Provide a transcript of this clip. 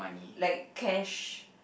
like cash